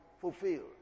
Fulfilled